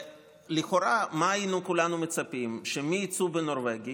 ולכאורה מה היינו כולנו מצפים, שמי יצאו בנורבגי?